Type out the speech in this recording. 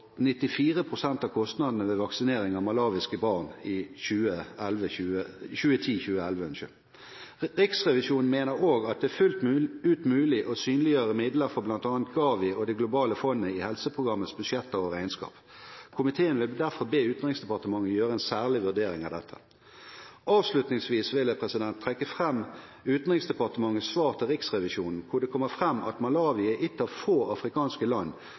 av kostnadene ved vaksinering av malawiske barn i 2010–2011. Riksrevisjonen mener òg at det er fullt mulig å synliggjøre midler for bl.a. GAVI og det globale fondet i helseprogrammets budsjetter og regnskap. Komiteen vil derfor be Utenriksdepartementet om å gjøre en særlig vurdering av dette. Avslutningsvis vil jeg trekke fram Utenriksdepartementets svar til Riksrevisjonen, hvor det kommer fram at Malawi er et av få afrikanske land